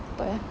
apa eh